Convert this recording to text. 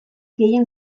gehien